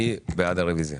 מי בעד הרוויזיה?